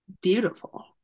beautiful